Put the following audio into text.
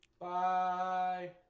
bye